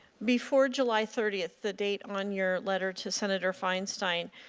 before july thirty, ah the date on your letter to senator feinstein,